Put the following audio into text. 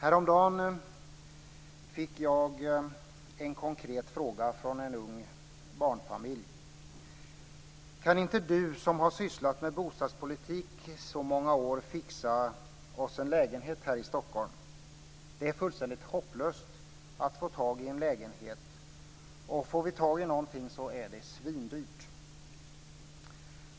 Häromdagen fick jag en konkret fråga från en ung barnfamilj: Kan inte du som har sysslat med bostadspolitik i så många år fixa oss en lägenhet här i Stockholm? Det är fullständigt hopplöst att få tag i en lägenhet. Får vi tag i någonting så är det svindyrt.